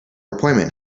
appointment